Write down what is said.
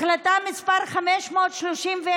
החלטה מס' 531,